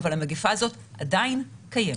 המגיפה הזאת עדיין קיימת.